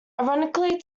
ironically